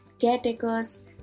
caretakers